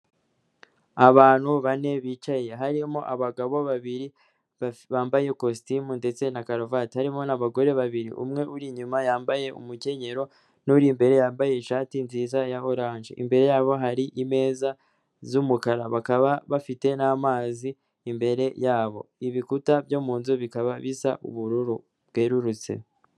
Abantu bane bicaye, harimo abagabo babiri bambaye ikositimu ndetse na karuvati, harimo n'abagore babiri, umwe uri inyuma yambaye umukenyero n'uri imbere yambaye ishati nziza ya orange, imbere yabo hari imeza z'umukara bakaba bafite n'amazi imbere yabo, ibikuta byo mu nzu bikaba bisa ubururu bwerurutse.